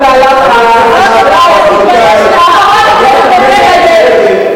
אל תתערב לי במהלך השמירה על זכות הדיבור שלך.